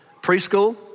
Preschool